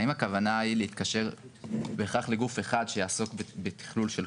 האם הכוונה היא להתקשר בכך לגוף אחד שיעסוק בתכלול כל